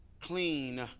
clean